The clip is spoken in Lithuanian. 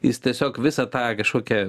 jis tiesiog visą tą kažkokią